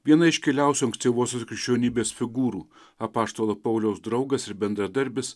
viena iškiliausių ankstyvosios krikščionybės figūrų apaštalo pauliaus draugas ir bendradarbis